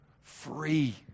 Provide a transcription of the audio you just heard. free